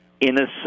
innocent